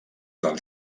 del